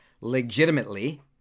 legitimately